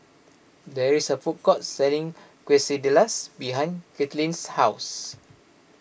there is a food court selling Quesadillas behind Katlynn's house